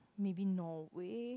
maybe Norway